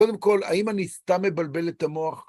קודם כל, האם אני סתם מבלבל את המוח?